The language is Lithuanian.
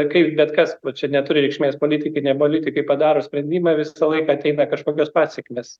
kai bet kas čia neturi reikšmės politikai ne politikai padaro sprendimą visą laiką ateina kažkokios pasekmės